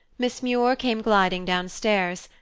miss muir came gliding downstairs,